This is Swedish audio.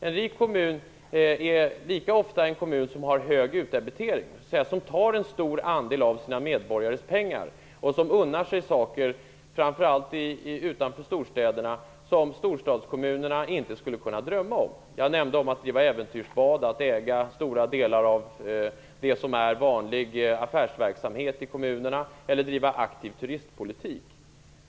En rik kommun är lika ofta en kommun som har hög utdebitering, dvs. som tar en stor andel av sina medborgares pengar och som unnar sig saker, framför allt gäller det utanför storstäderna, som storstadskommunerna inte skulle kunna drömma om. Jag nämnde att det är frågan om äventyrsbad, om att äga stora delar av den vanliga affärsverksamheten eller att driva en aktiv turistpolitik.